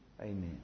Amen